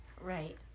Right